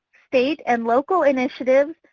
state, and local initiatives,